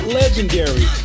legendary